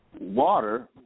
water